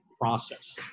process